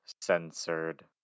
Censored